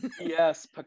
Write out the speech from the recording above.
Yes